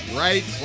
right